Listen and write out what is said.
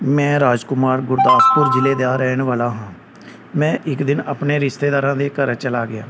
ਮੈਂ ਰਾਜਕੁਮਾਰ ਗੁਰਦਾਸਪੁਰ ਜ਼ਿਲ੍ਹੇ ਦਾ ਰਹਿਣ ਵਾਲਾ ਹਾਂ ਮੈਂ ਇੱਕ ਦਿਨ ਆਪਣੇ ਰਿਸ਼ਤੇਦਾਰਾਂ ਦੇ ਘਰ ਚਲਾ ਗਿਆ